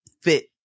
fit